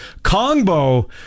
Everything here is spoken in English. Kongbo